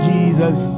Jesus